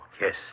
yes